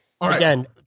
again